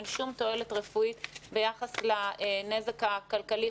אין שום תועלת רפואית ביחס לנזק הכלכלי,